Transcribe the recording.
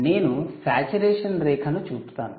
నేను సాచ్యురేషన్ రేఖను చూపుతాను